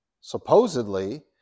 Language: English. Supposedly